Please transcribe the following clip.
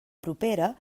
propera